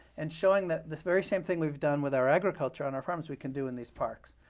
and showing that this very same thing we've done with our agriculture and our farms we can do in these parks.